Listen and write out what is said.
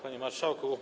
Panie Marszałku!